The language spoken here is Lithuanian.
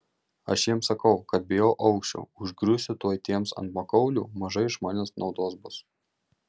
aš jiems sakau kad bijau aukščio užgriūsiu tuoj tiems ant makaulių mažai iš manęs naudos bus